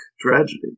tragedy